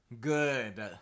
good